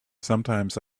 sometimes